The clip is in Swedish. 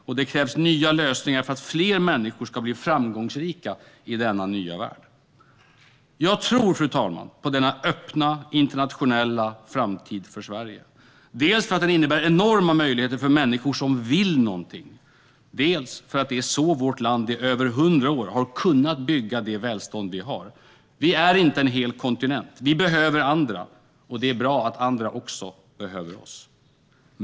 Och det krävs nya lösningar för att fler människor ska bli framgångsrika i denna nya värld. Jag tror, fru talman, på denna öppna, internationella framtid för Sverige - dels för att den innebär enorma möjligheter för människor som vill något, dels för att det är så vårt land i över 100 år har kunnat bygga det välstånd vi har. Vi är inte en hel kontinent. Vi behöver andra, och det är bra att andra också behöver oss.